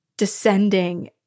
descending